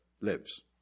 lives